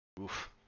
Oof